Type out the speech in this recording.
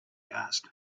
asked